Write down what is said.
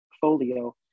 portfolio